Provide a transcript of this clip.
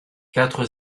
quatre